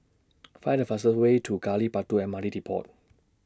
Find The fastest Way to Gali Batu M R T Depot